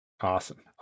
Awesome